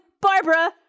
Barbara